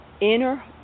inner